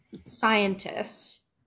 scientists